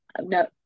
no